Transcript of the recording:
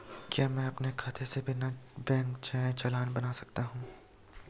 क्या मैं अपने खाते से बिना बैंक जाए चालान बना सकता हूँ?